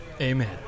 Amen